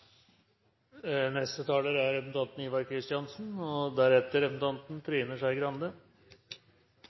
Neste taler er representanten Kjell Ingolf Ropstad og deretter representanten Trine Skei Grande.